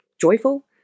joyful